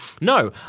No